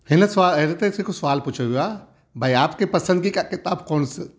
हिन सवा हिनते जेको सुवाल पुछियो वियो आहे भाई आपके पसंदीदा किताब कौन सी